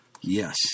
Yes